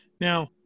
Now